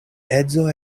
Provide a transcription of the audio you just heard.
edzo